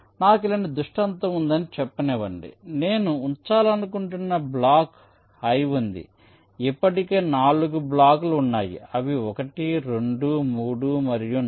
నాకు ఇలాంటి దృష్టాంతం ఉందని చెప్పనివ్వండి నేను ఉంచాలనుకుంటున్న బ్లాక్ 'ఐ' ఉంది ఇప్పటికే నాలుగు బ్లాక్లు ఉన్నాయి అవి 1 2 3 మరియు 4